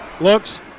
looks